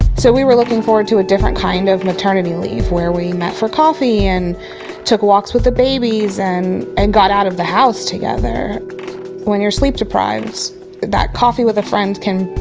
so we were looking forward to a different kind of maternity leave where we met for coffee and took walks with the babies and and got out of the house together when you're sleep deprived, is that coffee with a friend can.